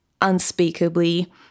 unspeakably